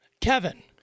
Kevin